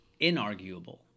inarguable